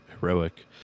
heroic